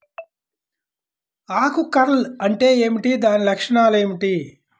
ఆకు కర్ల్ అంటే ఏమిటి? దాని లక్షణాలు ఏమిటి?